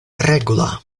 regula